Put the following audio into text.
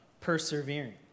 persevering